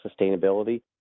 sustainability